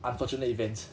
unfortunate events